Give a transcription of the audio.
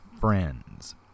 Friends